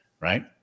right